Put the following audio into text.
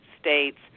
states